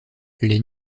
les